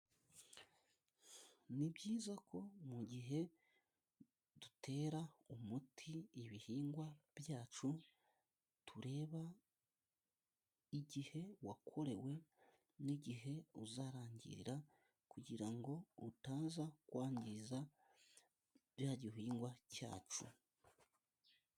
Ni byiza ko mu gihe dutera umuti ibihingwa byacu tureba igihe wakorewe n'igihe uzarangirira, kugira ngo utaza kwangiza cya gihingwa cyacu.